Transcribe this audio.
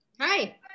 Hi